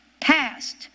passed